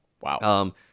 Wow